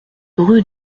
rue